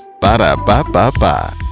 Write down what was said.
Ba-da-ba-ba-ba